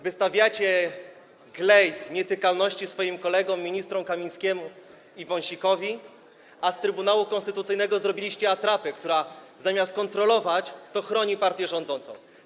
Wystawiacie glejt nietykalności swoim kolegom ministrom Kamińskiemu i Wąsikowi, a z Trybunału Konstytucyjnego zrobiliście atrapę, która zamiast kontrolować, to chroni partię rządzącą.